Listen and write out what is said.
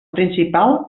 principal